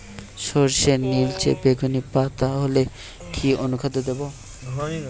সরর্ষের নিলচে বেগুনি পাতা হলে কি অনুখাদ্য দেবো?